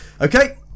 okay